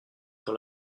sur